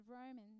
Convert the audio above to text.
Romans